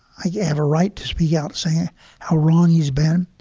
ah yeah have a right to speak out saying how wrong he's been,